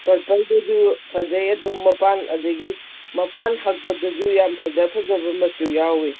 ꯄꯔꯄꯜꯗꯨꯁꯨ ꯐꯖꯩ ꯑꯗꯨꯝ ꯃꯄꯥꯟ ꯑꯗꯒꯤ ꯃꯄꯥꯟ ꯍꯛꯄꯗꯁꯨ ꯌꯥꯝ ꯐꯖ ꯐꯖꯕ ꯃꯆꯨ ꯌꯥꯎꯋꯦ